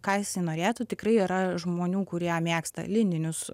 ką jisai norėtų tikrai yra žmonių kurie mėgsta lininius